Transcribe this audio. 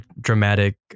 dramatic